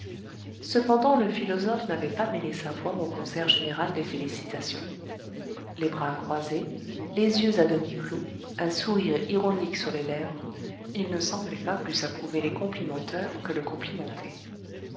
cependant le philosophe n'avait pas mêlé sa voix au concert général des félicitations les bras croisés les yeux à demi clos un sourire ironique sur les lèvres il ne semblait pas plus approuver les complimenteurs que le complimenté